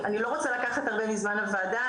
אני לא רוצה לקחת הרבה מזמן הוועדה,